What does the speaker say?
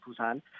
Busan